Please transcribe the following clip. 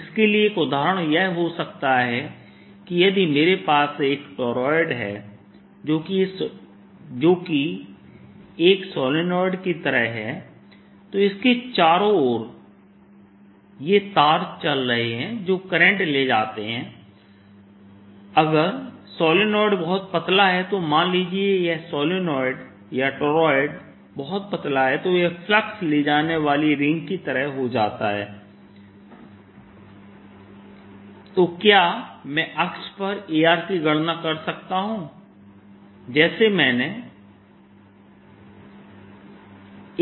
इसके लिए एक उदाहरण यह हो सकता है कि यदि मेरे पास एक टोरॉयड है जो एक सोलोनॉयड की तरह है तो इसके चारों ओर ये तार चल रहे हैं जो करंट ले जाते हैं अगर सोलेनोइड बहुत पतला है तो मान लीजिए कि यह सोलनॉइड है या टोरॉयड बहुत पतला है तो यह फ्लक्स ले जाने वाली रिंग की तरह हो जाता है तो क्या मैं अक्ष पर Ar की गणना कर सकता हूं जैसे मैंने